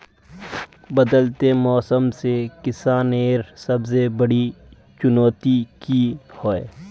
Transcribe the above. बदलते मौसम से किसानेर सबसे बड़ी चुनौती की होय?